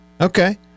Okay